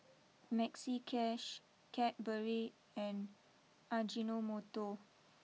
Maxi Cash Cadbury and Ajinomoto